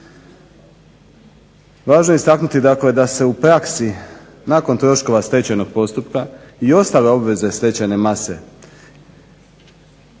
Važno je istaknuti da se u praksi nakon troškova stečajnog postupka i ostale obveze stečajne mase